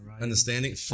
Understanding